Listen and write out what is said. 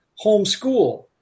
homeschool